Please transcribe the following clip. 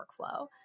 workflow